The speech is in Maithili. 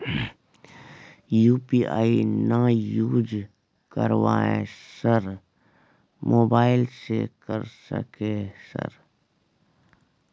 यु.पी.आई ना यूज करवाएं सर मोबाइल से कर सके सर?